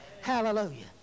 Hallelujah